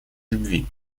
любви